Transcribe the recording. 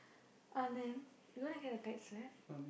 Anand you want to get a tight slap